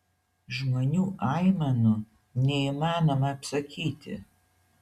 žmonių aimanų neįmanoma apsakyti